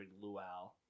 luau